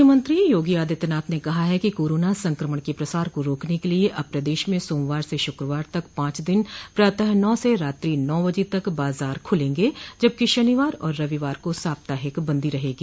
मुख्यमंत्री योगी आदित्यनाथ ने कहा है कि करोना संक्रमण के प्रसार को रोकने के लिए अब प्रदेश में सोमवार से शुक्रवार तक पांच दिन प्रातः नौ बजे से रात्रि नौ बजे तक बाजार खुलगे जबकि शनिवार और रविवार को साप्ताहिक बंदी रहेगी